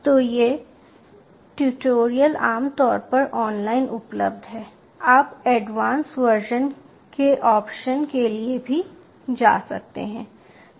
तो ये ट्यूटोरियल आमतौर पर ऑनलाइन उपलब्ध हैं आप एडवांस्ड वर्जन्स के ऑप्शन के लिए भी जा सकते हैं